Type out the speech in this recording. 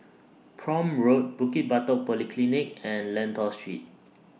Prome Road Bukit Batok Polyclinic and Lentor Street